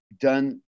done